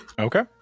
Okay